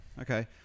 Okay